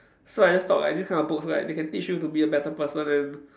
so I just thought like these kind of books like they can teach you to be a better person and